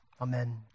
Amen